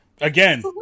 again